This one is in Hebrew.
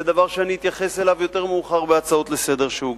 זה דבר שאני אתייחס אליו יותר מאוחר בהצעות לסדר-היום שהוגשו.